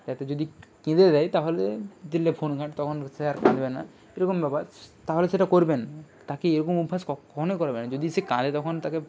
তাতে যদি কেঁদে দেয় তাহলে দিলে ফোন ঘাঁটতে তখন তো সে আর কাঁদবে না এরকম ব্যাপার তাহলে সেটা করবেন না তাকে এরকম অভ্যাস কখনোই করবেন না যদি সে কাঁদে তখন তাকে